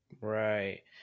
Right